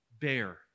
bear